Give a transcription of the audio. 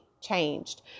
changed